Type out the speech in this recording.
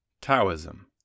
Taoism